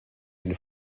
den